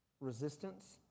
resistance